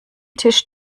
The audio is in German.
tisch